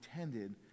intended